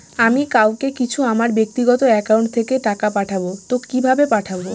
আমি কাউকে কিছু আমার ব্যাক্তিগত একাউন্ট থেকে টাকা পাঠাবো তো কিভাবে পাঠাবো?